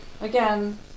Again